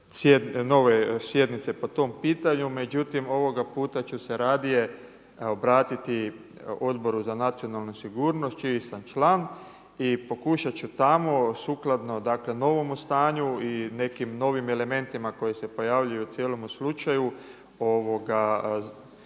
nove sjednice po tom pitanju. Međutim ovoga puta ću se radije obratiti Odboru za nacionalnu sigurnost čiji sam član i pokušati ću tamo sukladno dakle novome stanju i nekim novim elementima koji se pojavljuju u cijelome slučaju pokušati